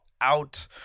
out